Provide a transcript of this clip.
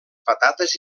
patates